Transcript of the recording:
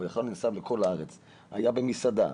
היה במסעדה,